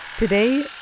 Today